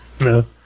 No